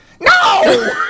No